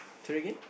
try again